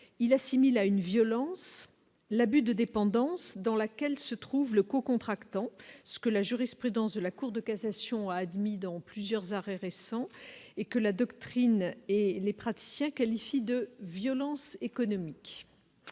il assimile à une violence l'abus de dépendance dans laquelle se trouve le co-contractants, ce que la jurisprudence de la Cour de cassation a admis dans plusieurs arrêts récents et que la doctrine et les praticiens qualifient de violence économique :